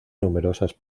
numerosas